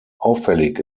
auffällig